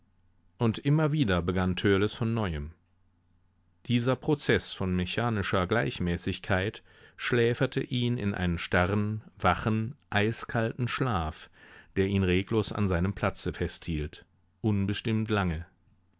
und immer wieder begann törleß von neuem dieser prozeß von mechanischer gleichmäßigkeit schläferte ihn in einen starren wachen eiskalten schlaf der ihn reglos an seinem platze festhielt unbestimmt lange